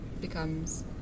becomes